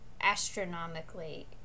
astronomically